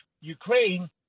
Ukraine